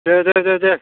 दे दे दे